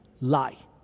lie